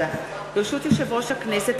ברשות יושב-ראש הכנסת,